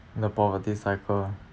the poverty cycle